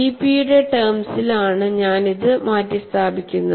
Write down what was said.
ഡിപിയുടെ ടെംസിൽ ആണ് ഞാൻ ഇത് മാറ്റിസ്ഥാപിക്കുന്നത്